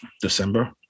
December